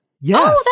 yes